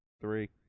Three